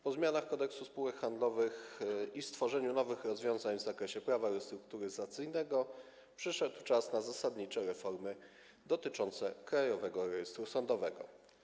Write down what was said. Po zmianach w Kodeksie spółek handlowych i stworzeniu nowych rozwiązań w zakresie Prawa restrukturyzacyjnego przyszedł czas na zasadnicze reformy dotyczące Krajowego Rejestru Sądowego.